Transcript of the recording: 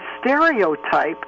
stereotype